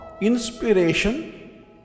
inspiration